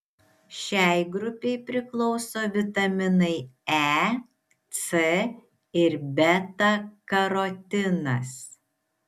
šiai grupei priklauso vitaminai e c ir beta karotinas